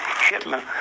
Hitler